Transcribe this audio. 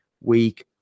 week